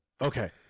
okay